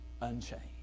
unchanged